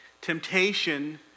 Temptation